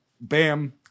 bam